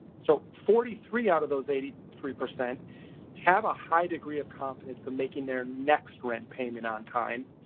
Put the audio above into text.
so forty three out of those eighty three percent have a high degree of confidence of making their next rent payment on time.